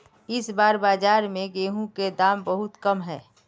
इस बार बाजार में गेंहू के दाम बहुत कम है?